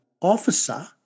officer